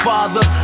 Father